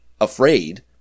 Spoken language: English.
afraid